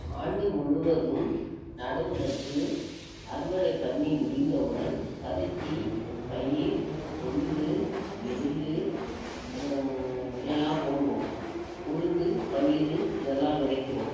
ஆண்டு முழுவதும் நடவு நட்டு அறுவடை பண்ணி முடிந்தவுடன் பருத்தி பயிர் கொள்ளு எள் எல்லாம் போடுவோம் உளுந்து பயிறு இதெல்லாம் விதைக்குவோம்